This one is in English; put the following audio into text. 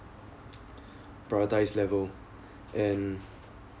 prioritize level and